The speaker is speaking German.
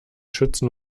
schützen